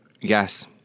yes